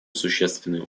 существенные